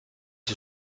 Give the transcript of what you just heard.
ist